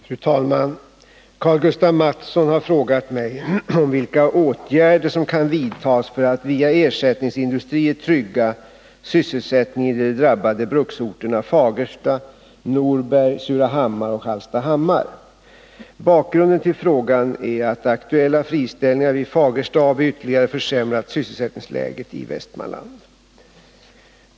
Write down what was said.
Fru talman! Karl-Gustaf Mathsson har frågat mig vilka åtgärder som kan vidtas för att via ersättningsindustrier trygga sysselsättningen i de drabbade bruksorterna Fagersta, Norberg, Surahammar och Hallstahammar. Bakgrunden till frågan är att aktuella friställningar vid Fagersta AB ytterligare försämrat sysselsättningsläget i Västmanland.